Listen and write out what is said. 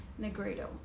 Negredo